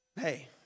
Hey